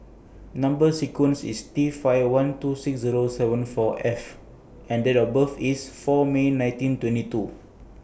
Number sequence IS T five one two six Zero seven four F and Date of birth IS four May nineteen twenty two